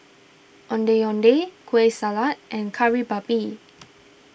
Ondeh Ondeh Kueh Salat and Kari Babi